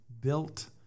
built